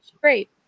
great